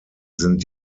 sind